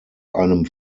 einem